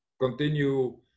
continue